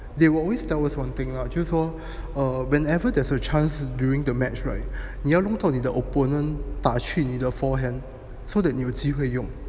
they will always tell us one thing lah 就是说 err whenever there's a chance during the match right 你要弄到你的 opponent 打去你的 forehand so that 你有机会用